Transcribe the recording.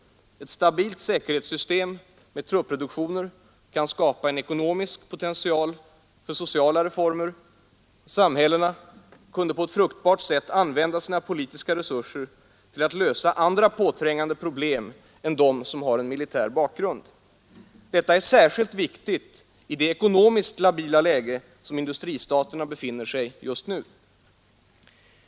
Ett stabilt säkerhetssystem med truppreduktioner kan skapa en ekonomisk potential för sociala reformer. Samhällena kunde på ett fruktbart sätt använda sina politiska resurser till att lösa andra påträngan de problem än dem som har en militär bakgrund. Detta är särskilt viktigt i det ekonomiskt labila läge som industristaterna befinner sig i just nu.